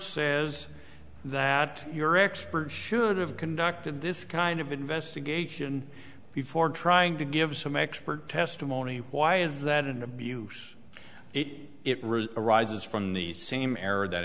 says that your expert should have conducted this kind of investigation before trying to give some expert testimony why is that an abuse it really arises from the same error that